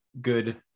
good